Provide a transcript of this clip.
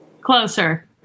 Closer